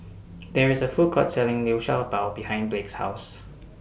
There IS A Food Court Selling Liu Sha Bao behind Blake's House